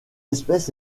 espèce